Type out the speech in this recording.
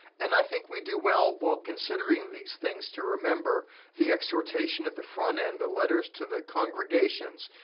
and i think we do well while considering these things to remember the exhortation at the front end, the letters to the congregations,